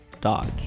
dodge